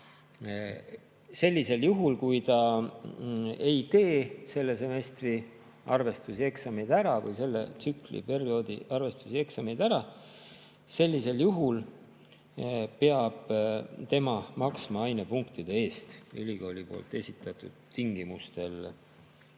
Sellisel juhul, kui ta ei tee selle semestri arvestusi ja eksameid ära või selle tsükli või perioodi arvestusi‑eksameid ära, peab ta maksma ainepunktide eest ülikooli esitatud tingimustel.